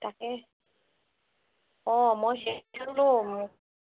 তাকে অঁ মই